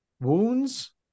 wounds